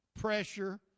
pressure